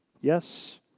Yes